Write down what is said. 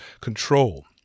control